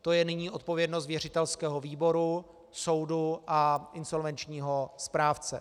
To je nyní odpovědnost věřitelského výboru, soudu a insolvenčního správce.